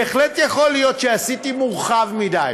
בהחלט יכול להיות שעשיתי מורחב מדי.